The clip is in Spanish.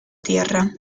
tierra